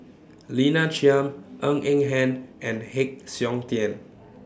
Lina Chiam Ng Eng Hen and Heng Siok Tian